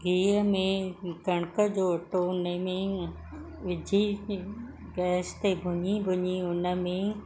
गिह में कण्क जो अटो उन में विझी गैस ते भुञी भुञी उन में